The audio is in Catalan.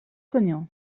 senyor